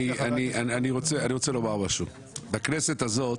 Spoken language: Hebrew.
בכנסת הזאת